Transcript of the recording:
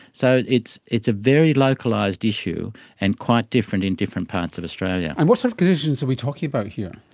so it's it's a very localised issue and quite different in different parts of australia. and what sort of conditions are we talking about here?